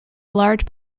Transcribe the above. large